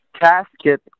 casket